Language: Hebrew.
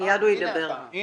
אני